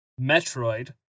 Metroid